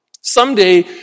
Someday